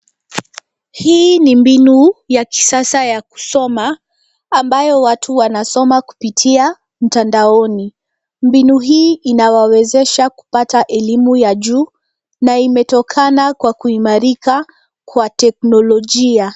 Hii ni mbinu ya kisasa ya kusoma ambayo watu wanasoma kupitia mtandaoni. Mbinu hii inawawezesha kupata elimu ya juu na imetokana kwa kuimarika kwa teknolojia.